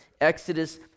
Exodus